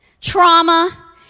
trauma